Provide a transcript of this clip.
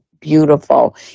beautiful